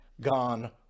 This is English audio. gone